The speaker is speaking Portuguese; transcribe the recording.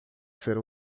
ser